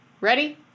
Ready